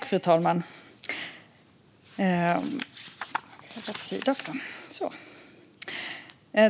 Fru talman!